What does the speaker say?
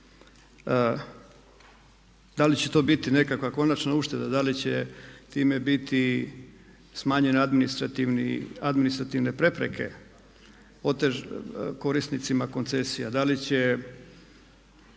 Da li će to biti nekakva konačna ušteda, da li će time biti smanjene administrativne prepreke korisnicima koncesija, da li će